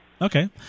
Okay